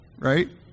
Right